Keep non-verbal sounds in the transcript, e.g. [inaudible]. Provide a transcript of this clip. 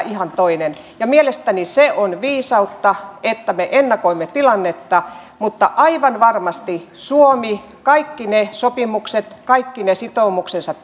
[unintelligible] ihan toinen mielestäni se on viisautta että me ennakoimme tilannetta mutta aivan varmasti suomi kaikki ne sopimukset kaikki ne sitoumuksensa [unintelligible]